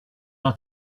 our